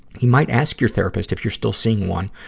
you might ask your therapist, if your still seeing one,